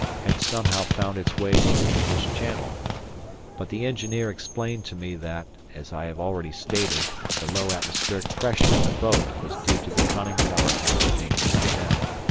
had somehow found its way to the english channel but the engineer explained to me that, as i have already stated, the low atmospheric pressure in the boat was due to the conning-tower hatch being shut down.